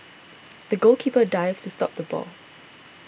the goalkeeper dived to stop the ball